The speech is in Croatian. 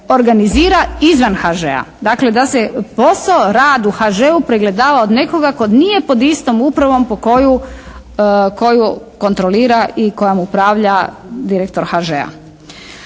organizira izvan HŽ-a, dakle da se posao, rad u HŽ-u pregledava od nekoga tko nije pod istom upravom po koju kontrolu i kojom upravlja direktor HŽ-a.